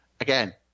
Again